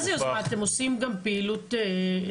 זה יוזמה אתם עושים גם פעילות התקפית?